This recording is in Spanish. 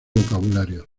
vocabulario